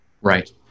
Right